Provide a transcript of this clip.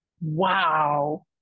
Wow